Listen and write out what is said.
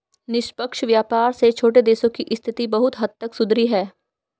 निष्पक्ष व्यापार से छोटे देशों की स्थिति बहुत हद तक सुधरी है